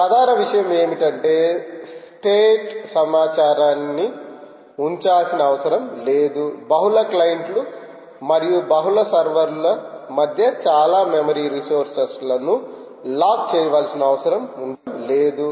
ప్రధాన విషయం ఏమిటంటే స్టేట్ సమాచారాన్ని ఉంచాల్సిన అవసరం లేదు బహుళ క్లయింట్లు మరియు బహుళ సర్వర్ల మధ్య చాలా మెమరీ రిసోర్సస్లను లాక్ చేయవలసిన అవసరం లేదు